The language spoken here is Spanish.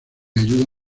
ayuda